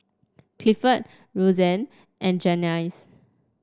Clifford Rosanne and Janyce